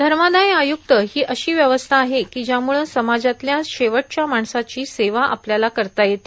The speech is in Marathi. धमादाय आयुक्त हो अशी व्यवस्था आहे को ज्यामुळं समाजातल्या शेवटच्या माणसाची सेवा आपल्याला करता येते